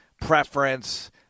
preference